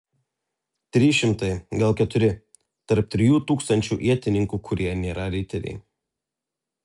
trys šimtai gal keturi tarp trijų tūkstančių ietininkų kurie nėra riteriai